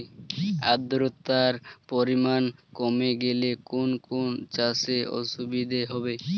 আদ্রতার পরিমাণ কমে গেলে কোন কোন চাষে অসুবিধে হবে?